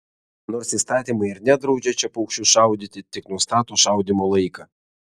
nors įstatymai ir nedraudžia čia paukščius šaudyti tik nustato šaudymo laiką